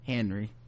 Henry